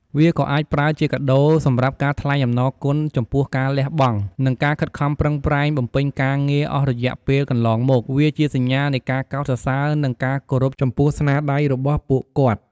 វាក៏អាចប្រើជាការដូរសម្រាប់ការថ្លែងអំណរគុណចំពោះការលះបង់ និងការខិតខំប្រឹងប្រែងបំពេញការងារអស់រយៈពេលកន្លងមក វាជាសញ្ញានៃការកោតសរសើរ និងការគោរពចំពោះស្នាដៃរបស់ពួកគាត់។